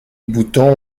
boutons